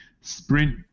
sprint